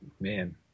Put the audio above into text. man